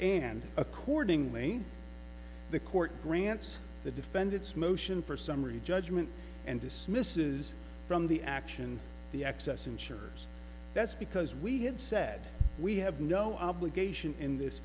and accordingly the court grants the defendant's motion for summary judgment and dismisses from the action the excess insurers that's because we had said we have no obligation in this